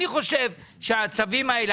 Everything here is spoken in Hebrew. אני חושב שהצווים האלה,